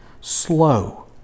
Slow